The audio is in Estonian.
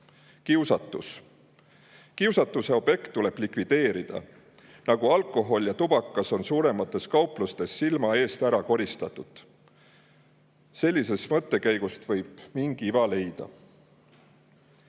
Kiusatus. Kiusatuse objekt tuleb likvideerida, nagu alkohol ja tubakas on suuremates kauplustes silma eest ära koristatud. Sellisest mõttekäigust võib mingi iva leida. Kui